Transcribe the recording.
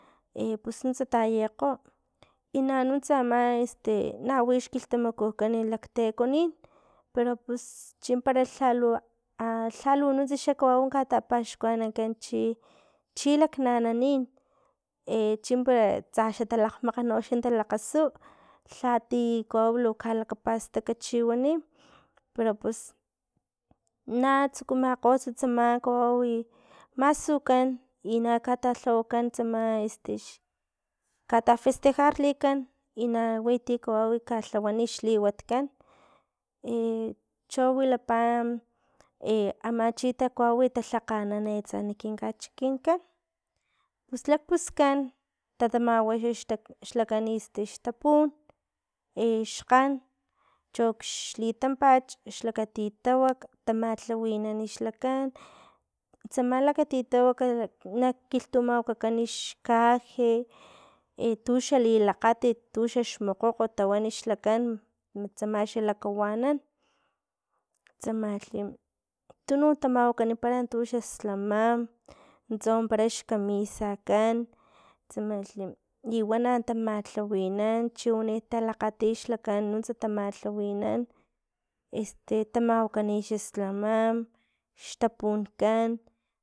pus nuntsa tayakgo i na nuntsa ama na wi xkilhtamakukan laktekonin pero pus chimpara lhalu lhalu nuntsa xa kawau katapaxkuanankan chi- chi laknananin chimpara tsa xatalakgmakga no xa talakgasu lhati kawau lu kalakapastak chiwani pero pus na tsukumakgo xa tsama kawawi masukan i na katalhawakan tsama, xkatafestejarlikan i na wi ti kawau ka talhawani xliwatkan icho wilapa ama chita kawau talhakganan e atsa kin kachikinkan pus lakpuskan tatamawa xa xla kanisti xtapun ixkgan cho xlitampach cho xlakatitawak tamalhawinan xlakan tsama lakatitawaka na kilhtumawakakan xkaje e tuxa lilakgatit tuxax mokgokgo tawan xlakan mat tamalhi xa lakawanan tsamalhi tununk tamawakanipara tuxaslamam nuntsa wampara xkamisakan tsamalhi liwana tamatlawinan chiwani ta lakgati xlakan nuntsa tamatlawinan tamawakani xaslamam, xtapunkan